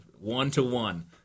one-to-one